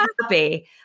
happy